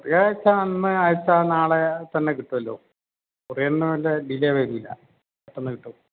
courier അയച്ചാൽ അന്ന് അയച്ചാൽ നാളെ തന്നെ കിട്ടുമല്ലോ കൊറിയറിന് മറ്റേ ഡിലേ വരില്ല പെട്ടെന്നു കിട്ടും